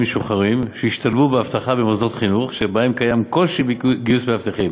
משוחררים שהשתלבו באבטחה במוסדות חינוך שבהם קיים קושי בגיוס מאבטחים,